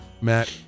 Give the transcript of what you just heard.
Matt